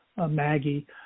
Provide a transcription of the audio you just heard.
Maggie